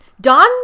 Don